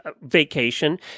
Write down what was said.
vacation